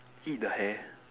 eat the hair